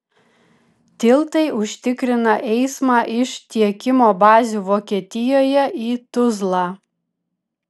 tiltai užtikrina eismą iš tiekimo bazių vokietijoje į tuzlą